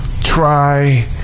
Try